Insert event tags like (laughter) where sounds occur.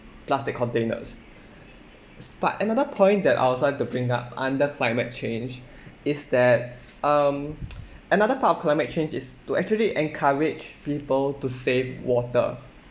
plastic containers s~ but another point that I also like to bring up under climate change is that um (noise) another part of climate change is to actually encourage people to save water